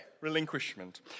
relinquishment